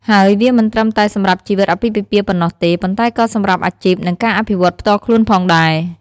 ហើយវាមិនត្រឹមតែសម្រាប់ជីវិតអាពាហ៍ពិពាហ៍ប៉ុណ្ណោះទេ ប៉ុន្តែក៏សម្រាប់អាជីព និងការអភិវឌ្ឍន៍ផ្ទាល់ខ្លួនផងដែរ។